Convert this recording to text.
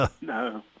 no